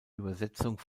übersetzung